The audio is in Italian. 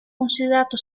considerato